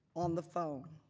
on the phone.